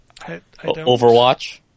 Overwatch